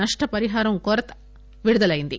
నష్ణపరిహారం కొరత విడుదలైంది